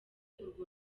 urwo